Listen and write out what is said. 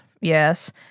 yes